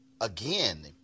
again